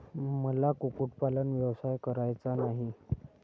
मला कुक्कुटपालन व्यवसाय करायचा नाही